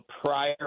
prior